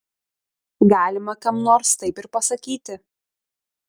galima kam nors taip ir pasakyti